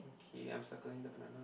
okay I'm circling the banana